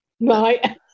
Right